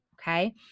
Okay